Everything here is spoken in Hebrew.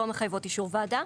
לא מחייבות אישור ועדה.